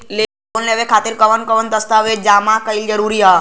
Loan लेवे खातिर कवन कवन दस्तावेज जमा कइल जरूरी बा?